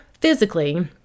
physically